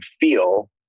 feel